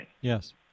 Yes